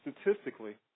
statistically